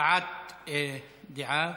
הבעת דעה.